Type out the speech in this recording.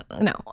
No